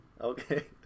Okay